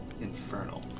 infernal